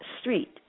Street